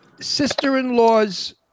sister-in-law's